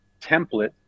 template